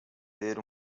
ter